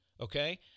okay